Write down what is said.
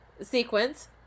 sequence